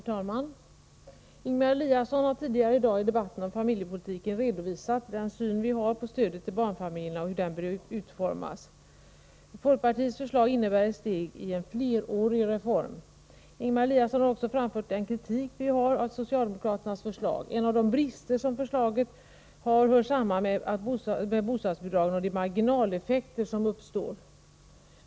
Herr talman! Ingemar Eliasson har tidigare i dag i debatten om familjepolitiken redovisat vår syn på stödet till barnfamiljerna och hur detta bör utformas. Folkpartiets förslag är ett steg i en flerårig reform. Ingemar Eliasson har också framfört vår kritik av socialdemokraternas förslag. En av bristerna med förslaget hör samman med bostadsbidragen och de marginaleffekter som uppstår.